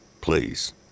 Please